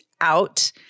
out